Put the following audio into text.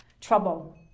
trouble